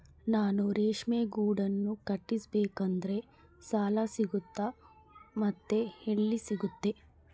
ನಾನು ರೇಷ್ಮೆ ಗೂಡನ್ನು ಕಟ್ಟಿಸ್ಬೇಕಂದ್ರೆ ಸಾಲ ಸಿಗುತ್ತಾ ಮತ್ತೆ ಎಲ್ಲಿ ಸಿಗುತ್ತೆ?